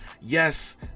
yes